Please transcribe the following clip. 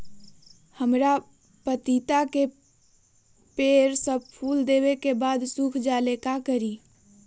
हमरा पतिता के पेड़ सब फुल देबे के बाद सुख जाले का करी?